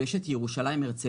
ויש את קו ירושלים הרצלייה,